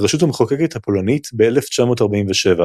לרשות המחוקקת הפולנית ב-1947,